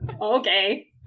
Okay